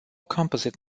composite